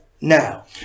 now